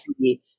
see